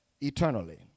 eternally